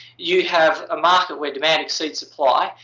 you have a market where demand exceeds supply,